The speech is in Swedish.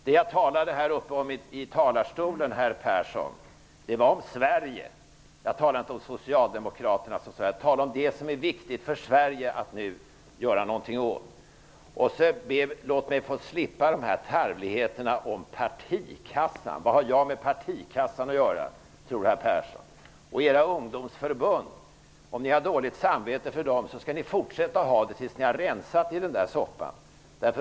Det jag talade om i talarstolen, herr Persson, handlade om Sverige, inte socialdemokraterna. Jag talade om det som det är viktigt för Sverige att nu göra någonting åt. Låt mig få slippa tarvligheterna om partikassan. Vad har jag med partikassan att göra, herr Persson? Om ni har dåligt samvete för era ungdomsförbund i dag, skall ni fortsätta att ha det tills ni har rensat i soppan.